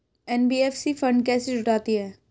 NBFC fund कैसे जुटाती है?